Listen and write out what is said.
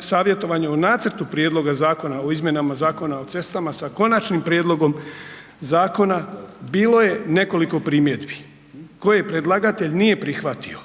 savjetovanje u Nacrtu prijedloga zakona o izmjenama Zakona o cestama, s Konačnim prijedloga zakona bilo je nekoliko primjedbi koje predlagatelj nije prihvatio,